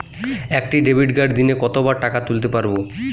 একটি ডেবিটকার্ড দিনে কতবার টাকা তুলতে পারব?